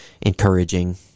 encouraging